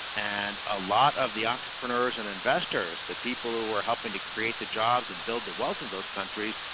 and a lot of the entrepreneurs and investors, the people who were helping to create the jobs and build the wealth of those countries,